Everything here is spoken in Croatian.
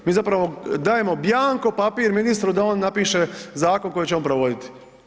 Mi zapravo dajemo bianco papir ministru da on napiše zakon koji će on provoditi.